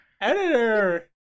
Editor